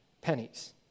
pennies